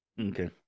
okay